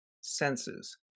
senses